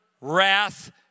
wrath